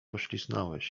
pośliznąłeś